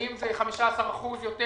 ואם זה יהיה 15% יותר,